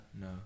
No